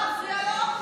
לא להפריע לו.